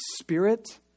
spirit